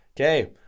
Okay